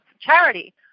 charity